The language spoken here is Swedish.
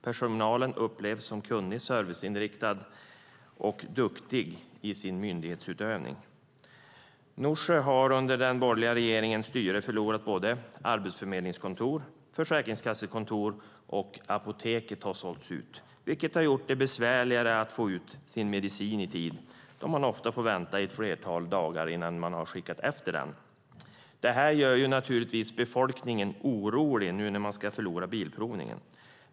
Personalen upplevs som kunnig, serviceinriktad och duktig i sin myndighetsutövning. Norsjö har under den borgerliga regeringens styre förlorat både arbetsförmedlingskontor och försäkringskassekontor. Och Apoteket har sålts ut, vilket har gjort det besvärligare att få ut sin medicin i tid, då man ofta får vänta i ett flertal dagar innan den skickas efter. Befolkningen blir naturligtvis orolig nu när man ska förlora bilprovningen.